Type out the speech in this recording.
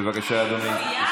בבקשה, אדוני.